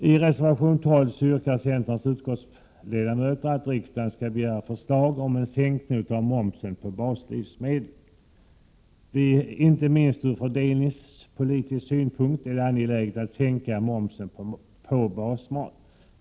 I reservation 12 yrkar centerns utskottsledamöter att riksdagen skall begära förslag om sänkning av momsen på baslivsmedel. Det är inte minst ur fördelningspolitisk synpunkt angeläget att sänka momsen på basmat.